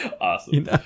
awesome